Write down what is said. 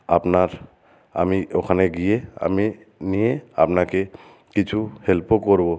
আপনার আমি ওখানে গিয়ে আমি নিয়ে আপনাকে কিছু হেল্পও করবো